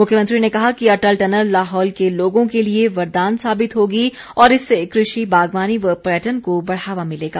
मुख्यमंत्री ने कहा कि अटल टनल लाहौल के लोगों के लिए वरदान साबित होगी और इससे कृषि बागवानी व पर्यटन को बढ़ावा मिलेगा